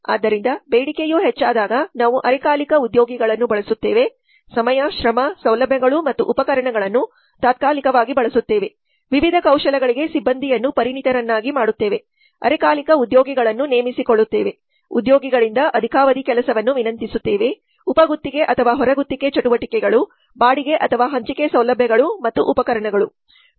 ಆದ್ದರಿಂದ ಬೇಡಿಕೆಯು ಹೆಚ್ಚಾದಾಗ ನಾವು ಅರೆಕಾಲಿಕ ಉದ್ಯೋಗಿಗಳನ್ನು ಬಳಸುತ್ತೇವೆ ಸಮಯ ಶ್ರಮ ಸೌಲಭ್ಯಗಳು ಮತ್ತು ಉಪಕರಣಗಳನ್ನು ತಾತ್ಕಾಲಿಕವಾಗಿ ಬಳಸುತ್ತೇವೆ ವಿವಿಧ ಕೌಶಲಗಳಿಗೆ ಸಿಬ್ಬಂದಿಯನ್ನು ಪರಿಣಿತರನ್ನಾಗಿ ಮಾಡುತ್ತೇವೆ ಅರೆಕಾಲಿಕ ಉದ್ಯೋಗಿಗಳನ್ನು ನೇಮಿಸಿಕೊಳ್ಳುತ್ತೇವೆ ಉದ್ಯೋಗಿಗಳಿಂದ ಅಧಿಕಾವಧಿ ಕೆಲಸವನ್ನು ವಿನಂತಿಸುತ್ತೇವೆ ಉಪಗುತ್ತಿಗೆ ಅಥವಾ ಹೊರಗುತ್ತಿಗೆ ಚಟುವಟಿಕೆಗಳು ಬಾಡಿಗೆ ಅಥವಾ ಹಂಚಿಕೆ ಸೌಲಭ್ಯಗಳು ಮತ್ತು ಉಪಕರಣಗಳು